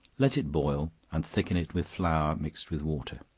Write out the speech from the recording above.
let it boil, and thicken it with flour mixed with water